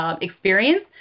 experience